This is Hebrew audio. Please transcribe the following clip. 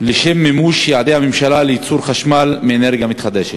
לשם מימוש יעדי הממשלה לייצור חשמל מאנרגיה מתחדשת?